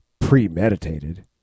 premeditated